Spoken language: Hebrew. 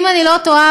אם אני לא טועה,